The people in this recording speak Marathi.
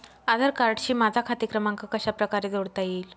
आधार कार्डशी माझा खाते क्रमांक कशाप्रकारे जोडता येईल?